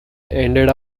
ended